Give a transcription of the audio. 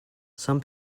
some